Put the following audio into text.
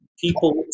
people